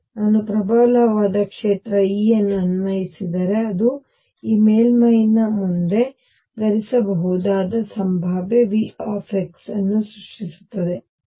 ನಾನು ಪ್ರಬಲವಾದ ಕ್ಷೇತ್ರ E ಅನ್ನು ಅನ್ವಯಿಸಿದರೆ ಅದು ಈ ಮೇಲ್ಮೈಯ ಮುಂದೆ ಧರಿಸಬಹುದಾದ ಸಂಭಾವ್ಯ V ಅನ್ನು ಸೃಷ್ಟಿಸುತ್ತದೆ